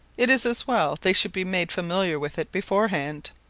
it is as well they should be made familiar with it beforehand.